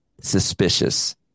suspicious